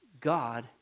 God